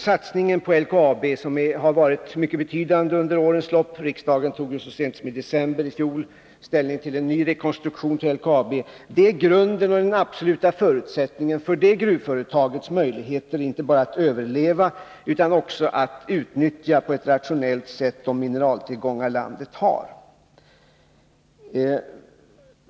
Satsningen på LKAB har varit mycket betydande under årens lopp — riksdagen tog så sent som i december i fjol ställning till en ny rekonstruktion av LKAB. Det är grunden och den absoluta förutsättningen för detta gruvföretags möjligheter inte bara att överleva utan också att på ett rationellt sätt utnyttja de mineraltillgångar landet har.